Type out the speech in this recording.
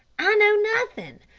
i know nothing.